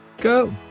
go